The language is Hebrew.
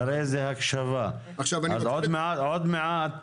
עוד מעט,